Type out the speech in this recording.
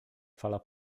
fala